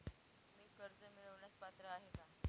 मी कर्ज मिळवण्यास पात्र आहे का?